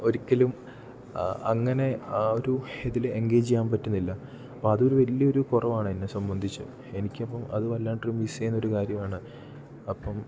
ഒരിക്കലും അങ്ങനെ ആ ഒരു ഇതിൽ എൻഗേജ് ചെയ്യാൻ പറ്റുന്നില്ല അപ്പം അതൊരു വലിയ ഒരു കുറവാണ് എന്നെ സംബന്ധിച്ചു എനിക്ക് അപ്പം അത് വല്ലാണ്ട് ഒരു മിസ് ചെയ്യുന്ന ഒരു കാര്യമാണ് അപ്പം